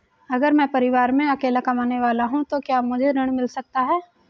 अगर मैं परिवार में अकेला कमाने वाला हूँ तो क्या मुझे ऋण मिल सकता है?